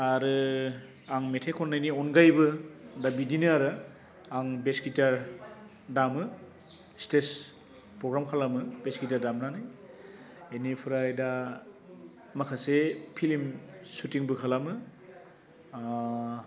आरो आं मेथाय खन्नायनि अनगायैबो दा बिदिनो आरो आं भेस गिटार दामो स्टेस प्रग्राम खालामो भेस गिटार दामनानै बेनिफ्राय दा माखासे फिल्म सुटिंबो खालामो आ